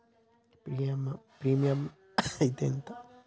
Premium అత్తే ఎంత?